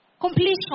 completion